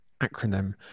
acronym